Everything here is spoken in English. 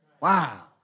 wow